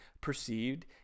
perceived